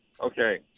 Okay